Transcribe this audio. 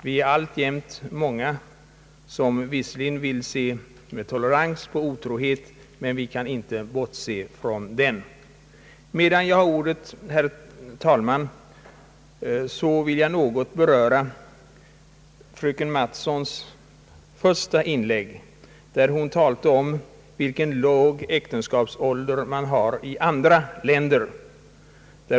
Visserligen ser många av oss med tolerans på otroheten, men vi kan inte bortse från den. Medan jag har ordet, herr talman, vill jag något beröra fröken Mattsons första inlägg, i vilket hon talade om vilken låg äktenskapsålder man har i andra länder.